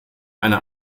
eine